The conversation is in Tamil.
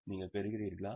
நீங்கள் பெறுகிறீர்களா